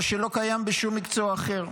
מה שלא קיים בשום מקצוע אחר.